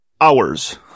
hours